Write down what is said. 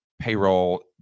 payroll